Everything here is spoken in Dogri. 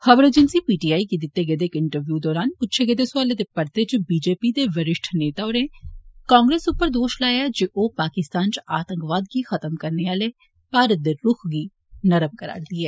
खबर एजेंसी पीटीआई गी दित्ते गेदे इक इंटरव्यू दौरान पुच्छे गेदे सवालै दे परते च बीजेपी दे वरिष्ठ नेता होरें कांग्रेस उप्पर दोष लाया जे ओह पाकिस्तान च आतंकवाद गी खत्म करने आले भारत दे रूख गी नरम करा रदी ऐ